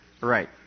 Right